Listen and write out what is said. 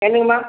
என்னங்கம்மா